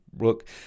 Look